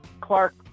Clark